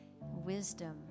wisdom